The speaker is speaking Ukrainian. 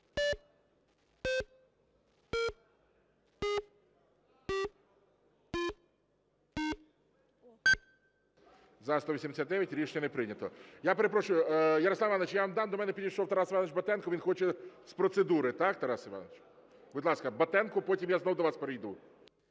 За-189 Рішення не прийнято. Я перепрошую, Ярослав Іванович, я вам дам. До мене підійшов Тарас Іванович Батенко, він хоче з процедури. Так, Тарас Іванович? Будь ласка, Батенко, потім я знову до вас перейду.